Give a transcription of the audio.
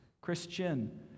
Christian